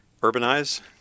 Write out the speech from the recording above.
urbanize